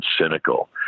cynical